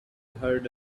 heard